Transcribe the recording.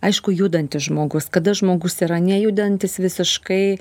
aišku judantis žmogus kada žmogus yra nejudantis visiškai